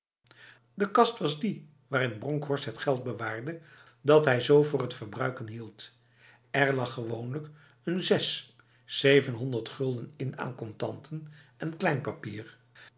de kast was die waarin bronkhorst het geld bewaarde dat hij zo voor't verbruiken hield er lag gewoonlijk'n zes zevenhonderd gulden in aan contanten en klein papier